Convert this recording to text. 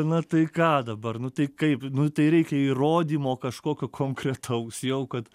na tai ką dabar nu tai kaip nu tai reikia įrodymo kažkokio konkretaus jau kad